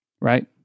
Right